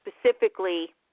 specifically